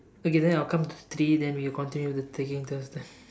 okay then I'll count to three then we will continue with the taking turns then